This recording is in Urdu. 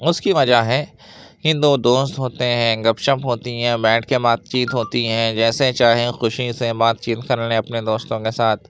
اس کی وجہ ہے ہندو دوست ہوتے ہیں گپ شپ ہوتی ہے بیٹھ کے بات چیت ہوتی ہیں جیسے چاہیں خوشی سے بات چیت کر لیں اپنے دوستوں کے ساتھ